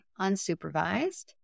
unsupervised